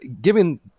given